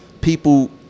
people